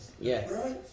Yes